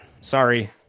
Sorry